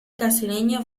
brasileño